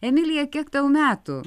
emilija kiek tau metų